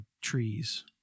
trees